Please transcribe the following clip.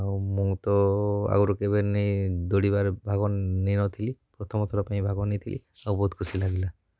ଆଉ ମୁଁ ତ ଆଗରୁ କେବେ ନେଇଁ ଦଉଡ଼ିବାରେ ଭାଗ ନେଇନଥିଲି ପ୍ରଥମଥର ପାଇଁ ଭାଗ ନେଇଥିଲି ଆଉ ବହୁତ ଖୁସି ଲାଗିଲା